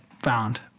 found